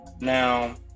Now